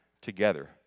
together